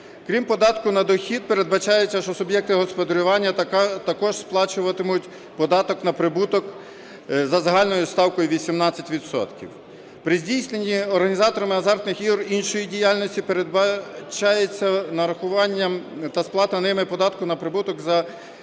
Крім податку на дохід, передбачається, що суб'єкти господарювання також сплачуватимуть податок на прибуток за загальною ставкою 18 відсотків. При здійсненні організаторами азартних ігор іншої діяльності передбачається нарахування та сплата ними податку на прибуток за базовою